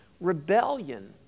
rebellion